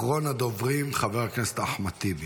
אחרון הדוברים, חבר הכנסת אחמד טיבי.